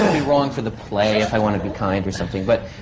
be wrong for the play, if i want to be kind or something. but.